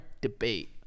debate